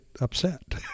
upset